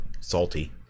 salty